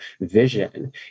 vision